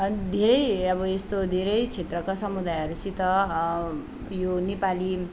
धेरै अब एस्तो धेरै क्षेत्रका समुदायहरूसित यो नेपाली